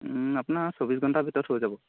আপোনাৰ চৌব্বিছ ঘণ্টাৰ ভিতৰত হৈ যাব